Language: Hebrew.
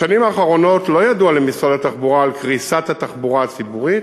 בשנים האחרונות לא ידוע למשרד התחבורה על קריסת התחבורה הציבורית,